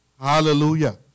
Hallelujah